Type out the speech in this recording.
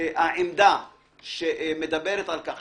העמדה שמדברת על כך